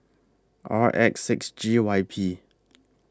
R X six G Y P